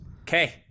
Okay